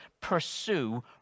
pursue